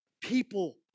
people